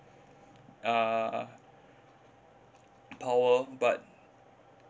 uh power but